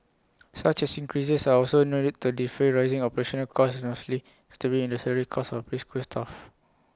such as increases are also to defray rising operational costs mostly notably in the salary costs of preschool staff